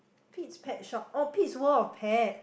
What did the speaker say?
pit's pet shop oh pit's world of pet